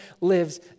lives